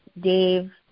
Dave